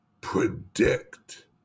predict